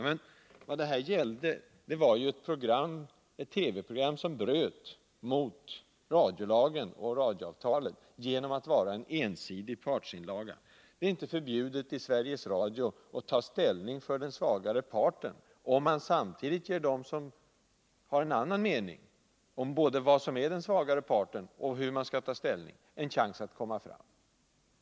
Men vad det gällde var ju ett TV-program som bröt mot radiolagen och radioavtalet genom att vara en ensidig partsinlaga. Det är inte förbjudet att i Sveriges Radio ta ställning för den svagare parten, om man samtidigt ger dem som har en annan mening både om vad som är den svagare parten och om hur man skall ta ställning en chans att komma fram.